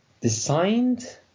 Designed